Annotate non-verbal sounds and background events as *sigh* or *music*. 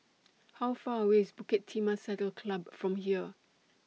*noise* How Far away IS Bukit Timah Saddle Club from here